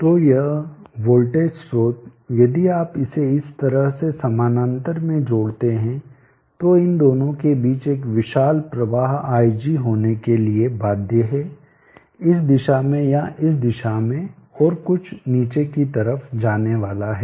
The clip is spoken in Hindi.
तो यह वोल्टेज स्रोत यदि आप इसे इस तरह से समानांतर में जोड़ते हैं तो इन दोनों के बीच एक विशाल प्रवाह ig होने के लिए बाध्य है इस दिशा में या इस दिशा में और कुछ निचे की तरफ जाने वाला है